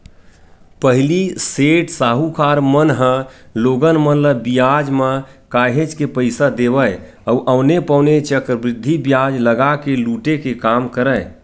पहिली सेठ, साहूकार मन ह लोगन मन ल बियाज म काहेच के पइसा देवय अउ औने पौने चक्रबृद्धि बियाज लगा के लुटे के काम करय